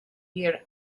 níor